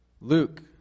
Luke